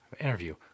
Interview